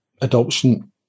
adoption